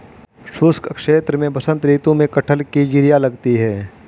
शुष्क क्षेत्र में बसंत ऋतु में कटहल की जिरीयां लगती है